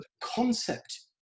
concept